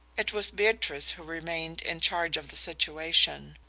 it was beatrice who remained in charge of the situation.